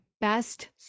best